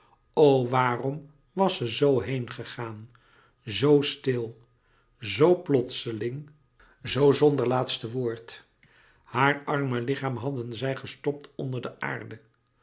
wàarom was ze z gegaan z stil z plotseling zoo zonder laatste woord haar arme lichaam hadden zij gestopt onder de aarde